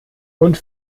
und